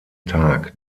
tag